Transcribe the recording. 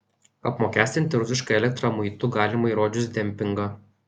apmokestinti rusišką elektrą muitu galima įrodžius dempingą